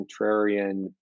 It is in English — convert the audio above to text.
contrarian